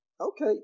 Okay